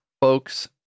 folks